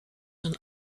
een